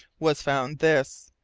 was found this.